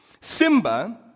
Simba